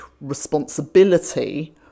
responsibility